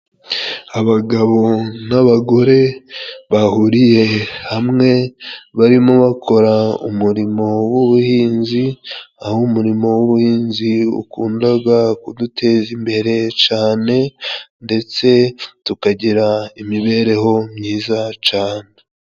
Abagabo n'abagore bahuriye hamwe barimo bakora umurimo w'ubuhinzi aho umurimo w'ubuhinzi wakundaga kuduteza imbere cane ndetse tukagira imibereho myiza cane.